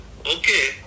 okay